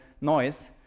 noise